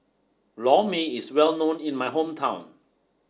Lor mee is well known in my hometown